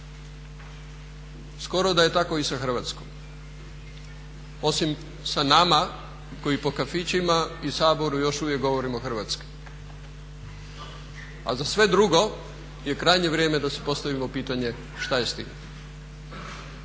Skoro da je tako i sa Hrvatskom. Osim sa nama koji po kafićima i Saboru još uvijek govorimo hrvatski, a za sve drugo je krajnje vrijeme da si postavimo pitanje šta je s tim.